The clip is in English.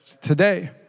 Today